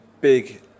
Big